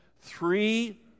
Three